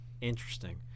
Interesting